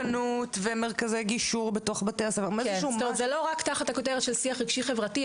זה לא רק תחת הכותרת של שיח רגשי חברתי,